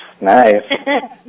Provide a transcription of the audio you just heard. nice